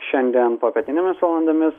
šiandien popietinėmis valandomis